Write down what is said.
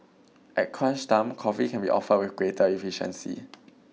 at crunch time coffee can be offered with greater efficiency